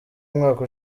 umwaka